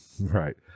Right